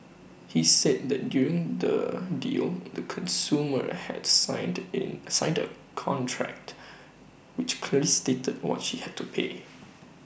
he said that during the deal the consumer had signed an signed A contract which clearly stated what she had to pay